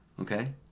okay